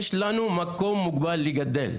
יש לנו מקום מוגבל לגדל,